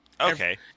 Okay